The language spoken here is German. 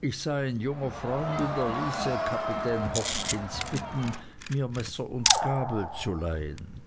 ich sei sein junger freund und er ließe kapitän hopkins bitten mir messer und gabel zu leihen